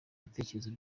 ibitekerezo